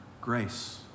grace